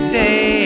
day